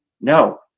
No